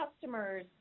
customers